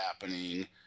happening